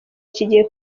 kigiye